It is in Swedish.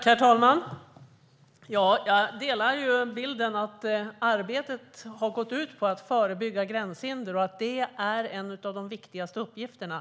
Herr talman! Jag delar bilden att arbetet har gått ut på att förebygga gränshinder och att det är en av de viktigaste uppgifterna.